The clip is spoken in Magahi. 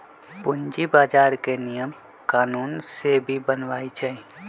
पूंजी बजार के नियम कानून सेबी बनबई छई